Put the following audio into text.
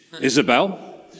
Isabel